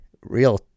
real